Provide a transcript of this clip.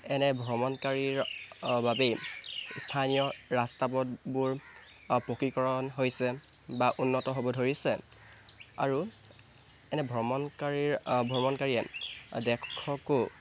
এনে ভ্ৰমণকাৰীৰ বাবেই স্থানীয় ৰাস্তা পথবোৰ পকীকৰণ হৈছে বা উন্নত হ'ব ধৰিছে আৰু এনে ভ্ৰমণকাৰীৰ ভ্ৰমণকাৰীয়ে দেশকো